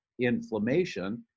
inflammation